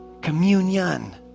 communion